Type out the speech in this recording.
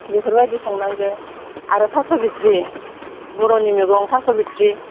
बेफोरबायदि संनांगौ आरो थास' बिथ्रि बर'नि मैगं थास' बिथ्रि